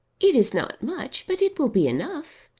it is not much but it will be enough.